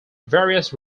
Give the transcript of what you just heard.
various